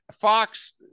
Fox